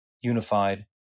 unified